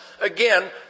again